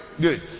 Good